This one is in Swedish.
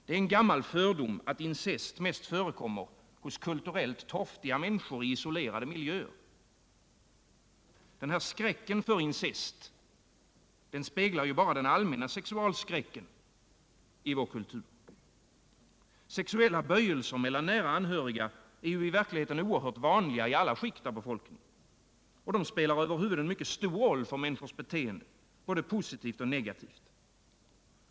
Det är en gammal fördom att incest mest förekommer hos kulturellt torftiga människor i isolerade miljöer. Skräcken för incest speglar bara den allmänna sexualskräcken i vår kultur. Sexuella böjelser mellan nära anhöriga är oerhört vanliga i alla skikt av befolkningen. De spelar över huvud en mycket stor roll för människors beteende, både positivt och negativt.